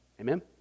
Amen